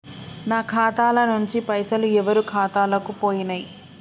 నా ఖాతా ల నుంచి పైసలు ఎవరు ఖాతాలకు పోయినయ్?